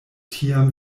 tiam